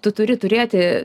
tu turi turėti